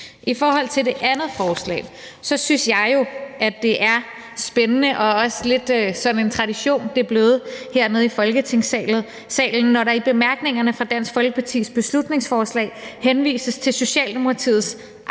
I forhold til det andet forslag synes jeg jo, at det er spændende, og det er også lidt blevet en tradition hernede i Folketingssalen, når der i bemærkningerne fra Dansk Folkepartis beslutningsforslag henvises til Socialdemokratiets eget